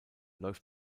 läuft